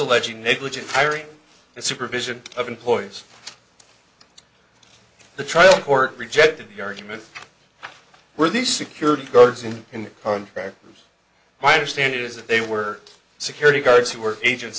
alleging negligent hiring and supervision of employees the trial court rejected the arguments were these security guards and in fact my understanding is that they were security guards who were agents